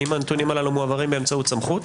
האם הם מועברים באמצעות סמכות,